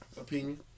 opinion